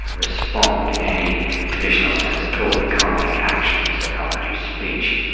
respond in any traditional sense at all. they can't make actions they can't produce speech.